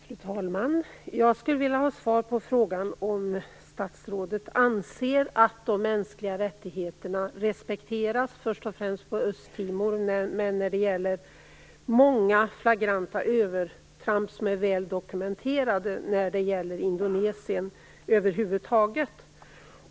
Fru talman! Jag skulle vilja ha svar på frågan om statsrådet anser att de mänskliga rättigheterna respekteras först och främst på Östtimor, men även i Indonesien över huvud taget. Många flagranta övertramp är väl dokumenterade.